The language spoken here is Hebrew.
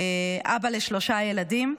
אבא לשלושה ילדים,